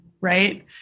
right